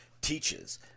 teaches